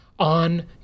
on